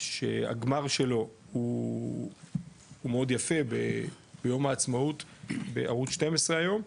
שהגמר שלו הוא מאוד יפה ביום העצמאות בערוץ 12 היום,